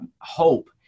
hope